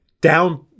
down